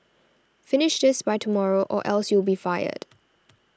finish this by tomorrow or else you'll be fired